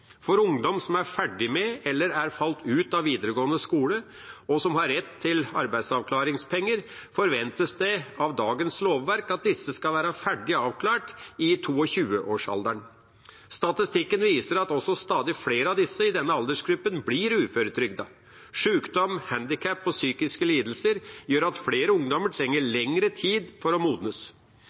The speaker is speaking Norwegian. For ungdom som er ferdig med eller er falt ut av videregående skole, og som har rett til arbeidsavklaringspenger, forventes det etter dagens lovverk at de skal være ferdig avklart i 22-årsalderen. Statistikken viser at stadig flere i denne aldersgruppen blir uføretrygdet. Sykdom, handikap og psykiske lidelser gjør at flere ungdommer trenger lengre tid for å modnes.